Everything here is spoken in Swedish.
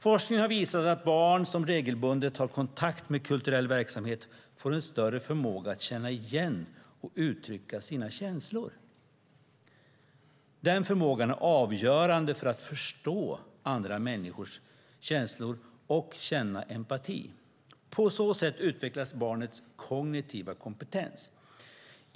Forskning har visat att barn som regelbundet har kontakt med kulturell verksamhet får en större förmåga att känna igen och uttrycka sina känslor. Den förmågan är avgörande för att förstå andra människors känslor och känna empati. På så sätt utvecklas barnets kognitiva kompetens.